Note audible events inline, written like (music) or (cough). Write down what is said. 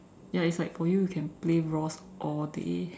ya it's like for you you can play ROS all day (breath)